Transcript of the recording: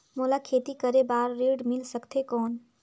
मोला खेती करे बार ऋण मिल सकथे कौन?